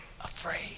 afraid